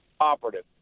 operative